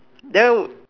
there